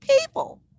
people